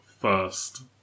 first